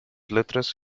letras